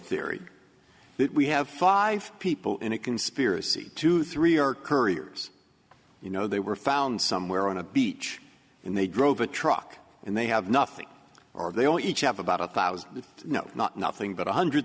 theory that we have five people in a conspiracy to three are couriers you know they were found somewhere on a beach and they drove a truck and they have nothing or they only each have about a thousand no not nothing but one hundred